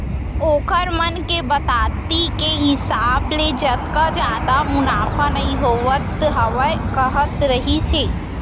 ओखर मन के बताती के हिसाब ले ओतका जादा मुनाफा नइ होवत हावय कहत रहिस हे